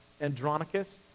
Andronicus